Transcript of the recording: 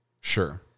Sure